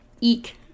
Eek